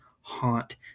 Haunt